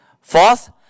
Fourth